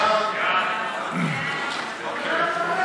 אצביע?